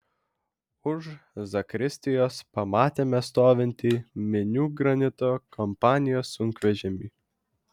už zakristijos pamatėme stovintį minių granito kompanijos sunkvežimį